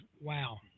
Wow